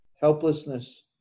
helplessness